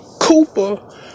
cooper